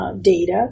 data